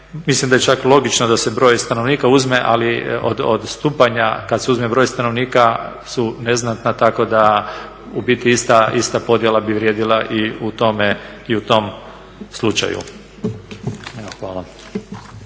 mislim da je čak logično da se broj stanovnika uzme ali odstupanja kad se uzme broj stanovnika su neznatna tako da u biti ista podjela bi vrijedila i u tom slučaju. Evo